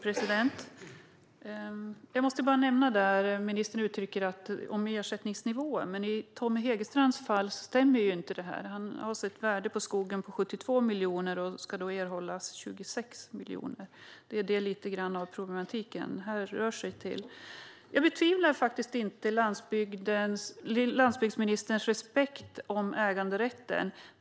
Herr ålderspresident! Ministern talar om ersättningsnivåerna, men i Tommy Hegestrands fall stämmer inte det här. Han har ett värde på 72 miljoner på sin skog men ska erhålla 26 miljoner. Det visar lite grann av vad problematiken härrör från. Jag betvivlar inte landsbygdsministerns respekt för äganderätten.